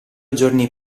giorni